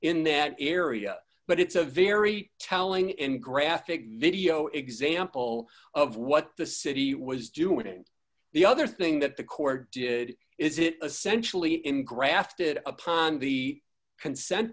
in that area but it's a very telling in graphic video example of what the city was doing the other thing that the court did is it essential e engrafted upon the consent